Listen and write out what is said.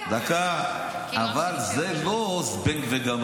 זה לא מצליח.